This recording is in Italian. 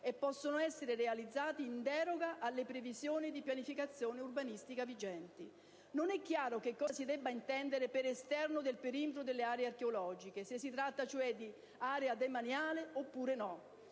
e possono essere realizzati in deroga alle previsioni di pianificazione urbanistica vigenti. Non è chiaro che cosa si debba intendere per «esterno del perimetro delle aree archeologiche», se si tratta di area demaniale oppure no.